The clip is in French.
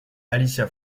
alicia